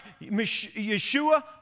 Yeshua